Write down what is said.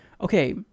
Okay